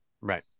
Right